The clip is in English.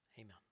Amen